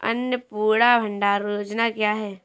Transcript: अन्नपूर्णा भंडार योजना क्या है?